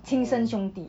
亲生兄弟